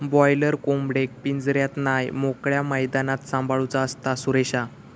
boiler कोंबडेक पिंजऱ्यात नाय मोकळ्या मैदानात सांभाळूचा असता, सुरेशा